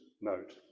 note